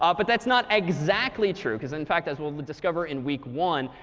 um but that's not exactly true, because in fact, as we'll discover in week one,